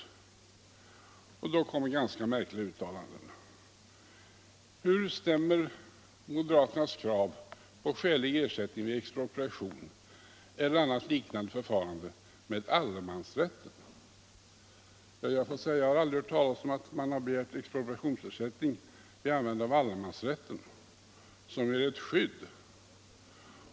Och då gjorde justitieministern ett ganska märkligt uttalande. Han frågade först: Hur stämmer moderaternas krav på skälig ersättning vid expropriation eller annat liknande förfarande med allemansrätten? Jag måste säga att jag aldrig hört talas om att någon begärt expropriationsersättning med användande av allemansrätten, som ju är ett skydd.